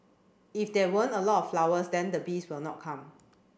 if there weren't a lot of flowers then the bees will not come